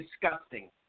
disgusting